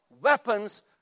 weapons